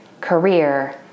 career